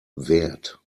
wert